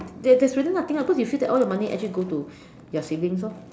there there's really nothing ah but you feel all your money actually go to your savings orh